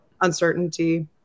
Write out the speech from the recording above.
uncertainty